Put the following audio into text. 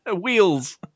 Wheels